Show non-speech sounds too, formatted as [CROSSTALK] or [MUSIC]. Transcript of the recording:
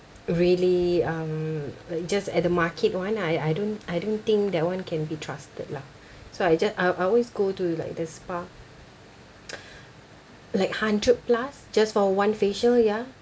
really um like just at the market one I I don't I don't think that one can be trusted lah so I just I I always go to like the spa [NOISE] like hundred plus just for one facial ya